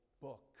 book